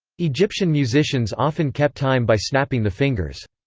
egyptian musicians often kept time by snapping the fingers.